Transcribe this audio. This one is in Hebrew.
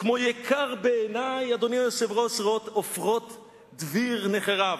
כמו יקר בעיני ראות עופרות דביר נחרב".